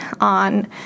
on